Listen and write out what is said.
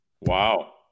Wow